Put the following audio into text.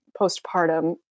postpartum